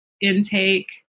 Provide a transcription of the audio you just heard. intake